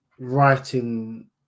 writing